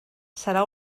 serà